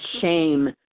shame